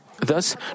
thus